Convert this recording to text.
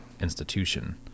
institution